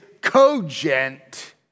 cogent